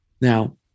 Now